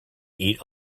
eat